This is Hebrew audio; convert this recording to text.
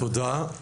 תודה.